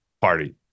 party